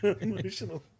emotional